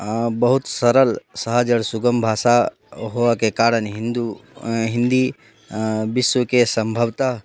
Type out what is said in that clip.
बहुत सरल सहज सुगम भाषा होअके कारण हिन्दू हिन्दी विश्वके सम्भवतः